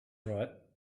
right